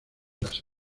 las